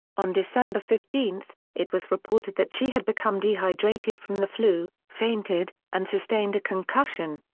on december fifteen, it was reported that she had become dehydrated from the flu, fainted, and sustained a concussion.